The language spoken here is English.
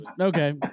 okay